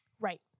Right